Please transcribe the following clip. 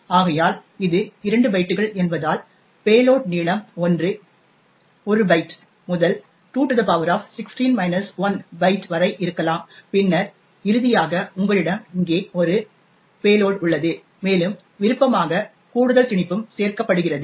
ஆகையால் இது 2 பைட்டுகள் என்பதால் பேலோட் நீளம் 1 பைட் முதல் 2 16 1 பைட் வரை இருக்கலாம் பின்னர் இறுதியாக உங்களிடம் இங்கே ஒரு பேலோட் உள்ளது மேலும் விருப்பமாக கூடுதல் திணிப்பும் சேர்க்கப்படுகிறது